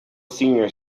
senior